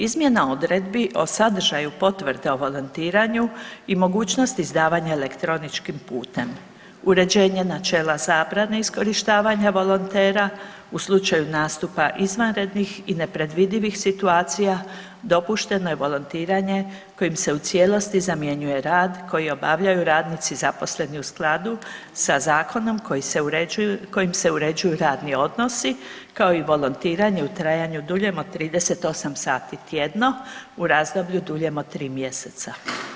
Izmjena odredbi o sadržaju potvrde o volontiranju i mogućnosti izdavanja elektroničkim putem, uređenje načela zabrane iskorištavanja volontera u slučaju nastupa izvanrednih i nepredvidivih situacija dopušteno je volontiranje kojim se u cijelosti zamjenjuje rad koji obavljaju radnici zaposleni u skladu sa zakonom kojim se uređuju radni odnosi, kao i volontiranje u trajanju duljem od 38 sati tjedno u razdoblju duljem od 3 mjeseca.